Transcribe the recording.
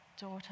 daughter